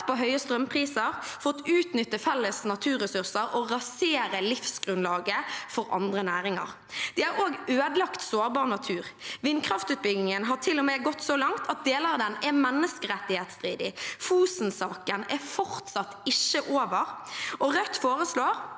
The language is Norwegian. på høye strømpriser, de har fått utnytte felles naturressurser og har fått rasere livsgrunnlaget for andre næringer. De har òg ødelagt sårbar natur. Vindkraftutbyggingen har til og med gått så langt at deler av den er menneskerettighetsstridig. Fosen-saken er fortsatt ikke over, og Rødt foreslår,